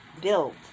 built